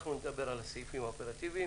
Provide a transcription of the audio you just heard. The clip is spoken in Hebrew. אז עכשיו נדבר על הסעיפים האופרטיביים.